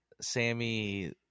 Sammy